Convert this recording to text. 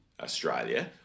Australia